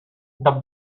the